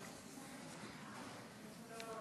תודה רבה.